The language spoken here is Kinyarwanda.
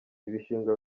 ibishingwe